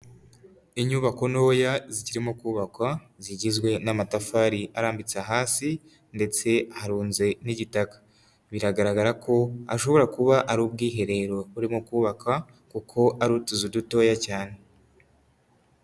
Inyubako ntoya zirimo kubakwa zigizwe n'amatafari arambitse hasi, ndetse harunze n'igitaka, biragaragara ko ashobora kuba ari ubwiherero burimo kubakwa; kuko ari utuzu dutoya cyane.